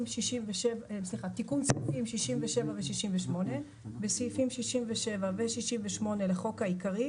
11.תיקון סעיפים 67 ו-68 בסעיפים 67 ו-68 לחוק העיקרי,